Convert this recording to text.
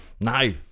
No